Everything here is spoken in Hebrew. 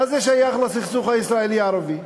מה זה שייך לסכסוך הישראלי ערבי?